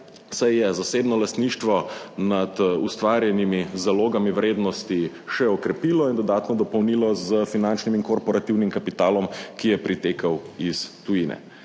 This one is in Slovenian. se je zasebno lastništvo nad ustvarjenimi zalogami vrednosti še okrepilo in dodatno dopolnilo s finančnim in korporativnim kapitalom, ki je pritekel iz tujine.